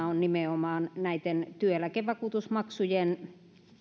on nimenomaan näitten työeläkevakuutusmaksujen